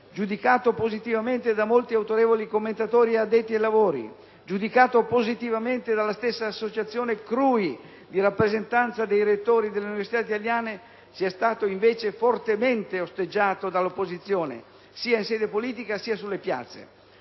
giudicato positivamente da molti autorevoli commentatori e addetti ai lavori, giudicato positivamente dalla stessa associazione CRUI di rappresentanza dei rettori delle università italiane, sia invece stato fortemente osteggiato dall'opposizione, sia in sede politica, sia nelle piazze.